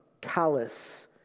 callous